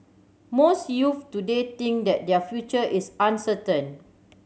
most youths today think that their future is uncertain